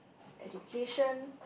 education